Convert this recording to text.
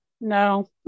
no